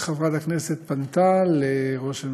וחברת הכנסת פנתה לראש הממשלה,